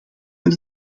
met